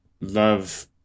love